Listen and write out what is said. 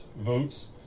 votes